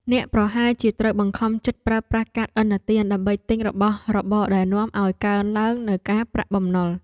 អ្នកប្រហែលជាត្រូវបង្ខំចិត្តប្រើប្រាស់កាតឥណទានដើម្បីទិញរបស់របរដែលនាំឱ្យកើនឡើងនូវការប្រាក់បំណុល។